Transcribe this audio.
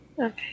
Okay